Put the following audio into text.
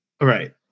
Right